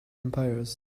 vampires